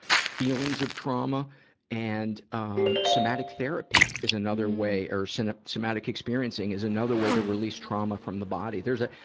feelings of trauma and, um, somatic therapy is another way or so and somatic experiencing is another way to release trauma from the body. there's a,